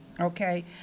okay